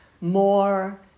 more